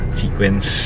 sequence